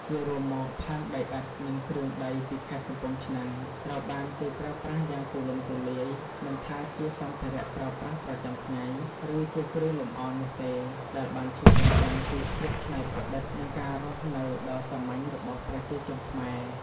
ជារួមមកផើងដីឥដ្ឋ និងគ្រឿងដីពីខេត្តកំពង់ឆ្នាំងត្រូវបានគេប្រើប្រាស់យ៉ាងទូលំទូលាយ មិនថាជាសម្ភារៈប្រើប្រាស់ប្រចាំថ្ងៃ ឬជាគ្រឿងលម្អនោះទេ ដែលបានឆ្លុះបញ្ចាំងពីភាពច្នៃប្រឌិត និងការរស់នៅដ៏សាមញ្ញរបស់ប្រជាជនខ្មែរ។